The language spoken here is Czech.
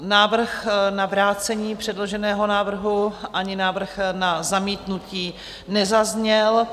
Návrh na vrácení předloženého návrhu ani návrh na zamítnutí nezazněl.